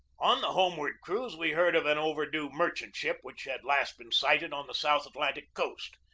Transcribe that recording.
on the homeward cruise we heard of an overdue merchant-ship which had last been sighted on the south atlantic coast.